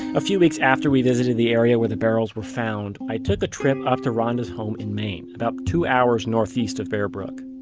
a few weeks after we visited the area where the barrels were found, i took a trip up to ronda's home in maine, about two hours northeast of bear brook.